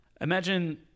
Imagine